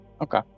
Okay